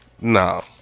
No